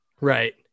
Right